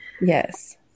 yes